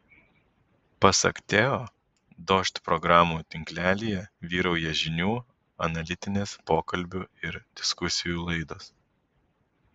pasak teo dožd programų tinklelyje vyrauja žinių analitinės pokalbių ir diskusijų laidos